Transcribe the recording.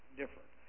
different